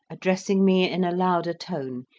addressing me in a louder tone,